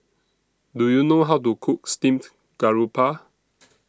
Do YOU know How to Cook Steamed Garoupa